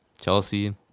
Chelsea